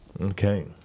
Okay